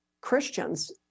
Christians